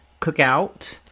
cookout